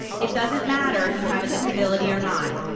it doesn't matter if you have a disability or not,